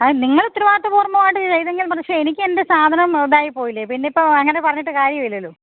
അത് നിങ്ങളുത്തരവാദിത്വ പൂർണ്ണമായിട്ട് പക്ഷെ എനിക്കെൻ്റെ സാധനം ഇതായിപ്പോയില്ലെ പിന്നിപ്പം അങ്ങനെ പറഞ്ഞിട്ടു കാര്യമില്ലല്ലോ